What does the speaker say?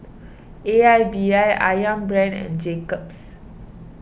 A I B I Ayam Brand and Jacob's